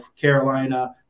Carolina –